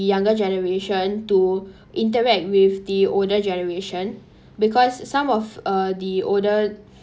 younger generation to interact with the older generation because some of uh the older